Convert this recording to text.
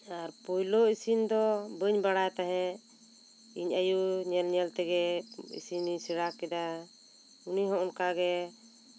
ᱟᱨ ᱯᱩᱭᱞᱩ ᱤᱥᱤᱱ ᱫᱚ ᱵᱟᱹᱧ ᱵᱟᱲᱟᱭ ᱛᱟᱦᱮᱸᱫ ᱤᱧ ᱟᱭᱚ ᱧᱮᱞ ᱧᱮᱞ ᱛᱮᱜᱮ ᱤᱥᱤᱱ ᱤᱧ ᱥᱮᱬᱟ ᱠᱮᱫᱟ ᱩᱱᱤ ᱦᱚᱸ ᱚᱱᱠᱟ ᱜᱮ